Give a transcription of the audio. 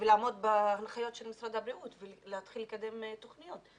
ולעמוד בהנחיות של משרד הבריאות ולהתחיל לקדם תוכניות.